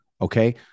Okay